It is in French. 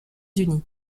unis